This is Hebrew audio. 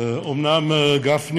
אומנם גפני